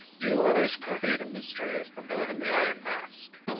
you are as great a mystery as the man in the iron mask.